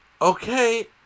okay